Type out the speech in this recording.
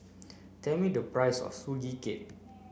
tell me the price of Sugee Cake